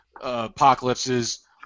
apocalypses